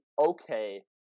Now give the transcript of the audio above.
okay